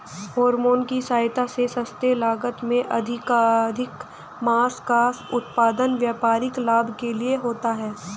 hormone की सहायता से सस्ते लागत में अधिकाधिक माँस का उत्पादन व्यापारिक लाभ के लिए होता है